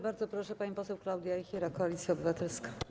Bardzo proszę, pani poseł Klaudia Jachira, Koalicja Obywatelska.